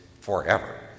forever